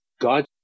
god